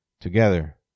together